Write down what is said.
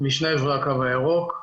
משני עברי הקו הירוק,